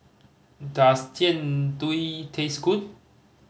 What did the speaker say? does Jian Dui taste good